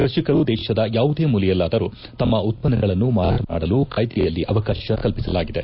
ಕೃಷಿಕರು ದೇಶದ ಯಾವುದೇ ಮೂಲೆಯಲ್ಲಾದರೂ ತಮ್ಮ ಉತ್ತನ್ನಗಳನ್ನು ಮಾರಾಟ ಮಾಡಲು ಕಾಯ್ಸಿಯಲ್ಲಿ ಅವಕಾಶ ಕಲ್ಲಿಸಲಾಗಿದೆ